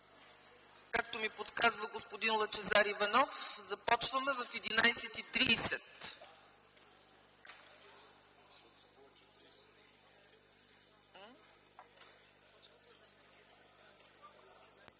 Както подсказва господин Лъчезар Иванов, започваме в 11,30